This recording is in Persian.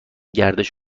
گردش